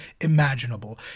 imaginable